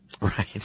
Right